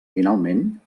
finalment